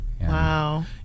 wow